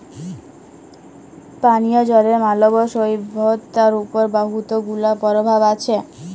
পানীয় জলের মালব সইভ্যতার উপর বহুত গুলা পরভাব আছে